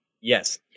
yes